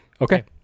Okay